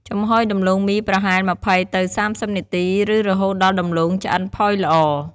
ចំហុយដំឡូងមីប្រហែល ២០ទៅ៣០ នាទី ឬរហូតដល់ដំឡូងឆ្អិនផុយល្អ។